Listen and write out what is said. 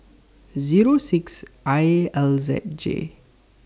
Zero six I L Z J